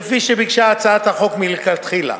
כפי שביקשה הצעת החוק מלכתחילה,